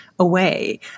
away